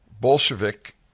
Bolshevik